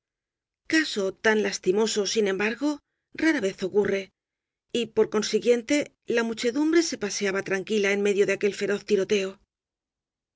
caso tan lasti moso sin embargo rara vez ocurre y por consi guiente la muchedumbre se paseaba tranquila en medio de aquel feroz tiroteo